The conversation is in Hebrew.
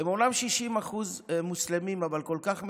הם אומנם 60% מוסלמים, אבל כל כך מתונים.